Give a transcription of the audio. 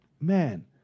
Man